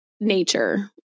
nature